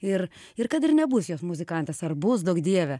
ir ir kad ir nebus joks muzikantas ar bus duok dieve